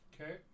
okay